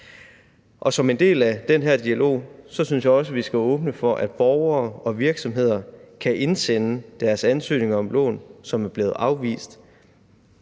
Som en del af den her dialog synes jeg også, vi skal åbne for, at borgere og virksomheder kan indsende deres ansøgninger om lån, som er blevet afvist,